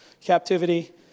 captivity